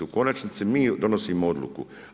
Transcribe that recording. U konačnici mi donosimo odluku.